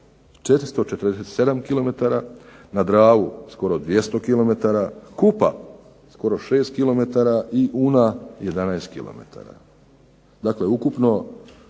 447 km, na Dravu skoro 200 km, Kupa skoro 6 km, i Una 11 km.